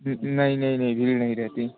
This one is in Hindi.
नहीं नहीं नहीं भीड़ नहीं रहती